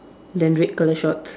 then red colour shorts